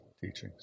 teachings